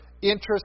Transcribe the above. Interest